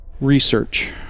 research